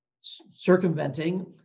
circumventing